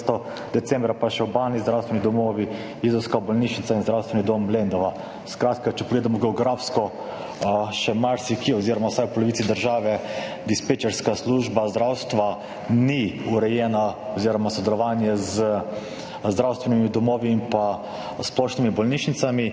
decembra pa še obalni zdravstveni domovi, izolska bolnišnica in Zdravstveni dom Lendava. Skratka, če pogledamo geografsko, še marsikje oziroma vsaj v polovici države dispečerska služba zdravstva ni urejena oziroma sodelovanje z zdravstvenimi domovi in pa splošnimi bolnišnicami.